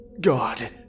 God